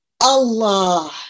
Allah